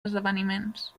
esdeveniments